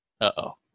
Uh-oh